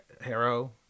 Harrow